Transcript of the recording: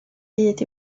byd